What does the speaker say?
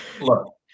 look